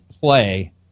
play